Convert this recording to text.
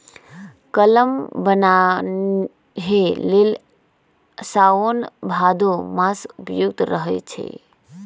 कलम बान्हे लेल साओन भादो मास उपयुक्त रहै छै